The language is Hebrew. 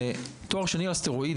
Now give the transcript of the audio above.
זה תואר שני על סטרואידים.